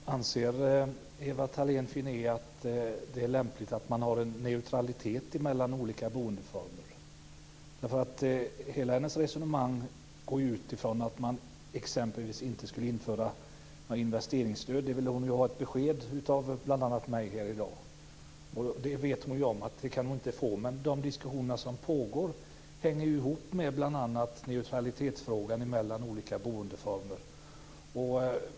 Fru talman! Anser Ewa Thalén Finné att det är lämpligt att man har en neutralitet mellan olika boendeformer? Hela hennes resonemang utgår från att man exempelvis inte skulle införa något investeringsstöd. Där vill hon ju ha ett besked av bl.a. mig här i dag. Det vet hon om att hon inte kan få. De diskussioner som pågår hänger ihop med bl.a. frågan om neutralitet mellan olika boendeformer.